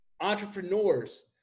entrepreneurs